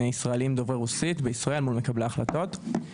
ישראלים דוברי רוסית בישראל מול מקבלי ההחלטות.